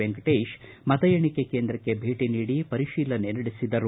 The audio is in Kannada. ವೆಂಕಟೇಶ್ ಮತ ಎಣಿಕೆ ಕೇಂದ್ರಕ್ಷೆ ಭೇಟಿ ನೀಡಿ ಪರಿಶೀಲನೆ ನಡೆಸಿದರು